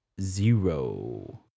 zero